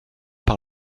par